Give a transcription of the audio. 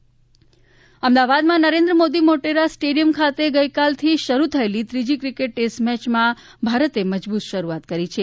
test match અમદાવાદમાં Narendra Modi Motera stadium ખાતે ગઈકાલથી શરૃ થયેલી ત્રીજી ક્રિકેટ ટેસ્ટ મેચમાં ભારતે મજબૂત શરૃઆત કરી છે